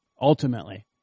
Ultimately